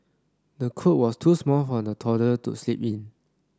the cot was too small for the toddler to sleep in